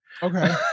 Okay